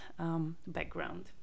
background